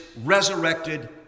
resurrected